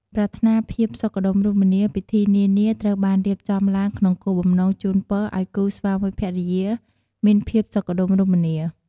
ប្រាថ្នាភាពសុខដុមរមនា ពិធីនានាត្រូវបានរៀបចំឡើងក្នុងគោលបំណងជូនពរឱ្យគូស្វាមីភរិយាមានភាពសុខដុមរមនា។